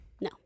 No